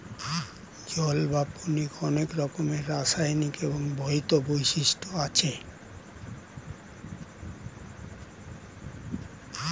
জল বা পানির অনেক রকমের রাসায়নিক এবং ভৌত বৈশিষ্ট্য আছে